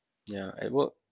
yeah at work